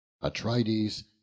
Atrides